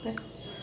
तर